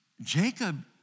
Jacob